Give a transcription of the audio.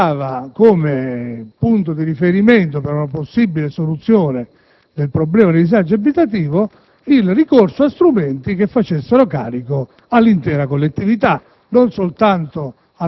indicava come punto di riferimento per una possibile soluzione del problema del disagio abitativo il ricorso a strumenti che ponessero in carico il problema all'intera collettività